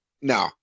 No